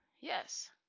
yes